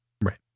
Right